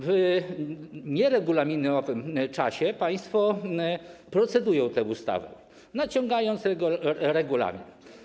W nieregulaminowym czasie państwo procedują nad tą ustawą, naciągając regulamin.